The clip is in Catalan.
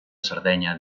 sardenya